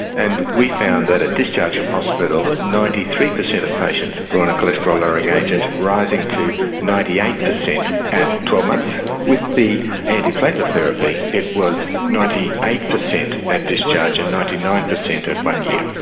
and we found that at discharge from hospital ninety three percent of patients who were on a cholesterol lowering agent rising to ninety eight percent at twelve months with the anti-platelet therapy it was ninety eight percent at discharge and ninety nine percent at one year.